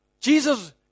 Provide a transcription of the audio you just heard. Jesus